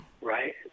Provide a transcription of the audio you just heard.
Right